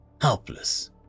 helpless